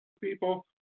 people